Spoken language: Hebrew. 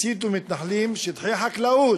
הציתו מתנחלים שטחי חקלאות,